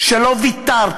על שלא ויתרת,